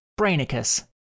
Brainicus